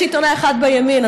יש עיתונאי אחד בימין,